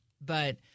But-